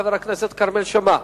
של חבר הכנסת כרמל שאמה.